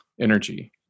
energy